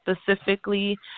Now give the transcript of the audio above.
specifically